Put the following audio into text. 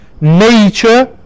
nature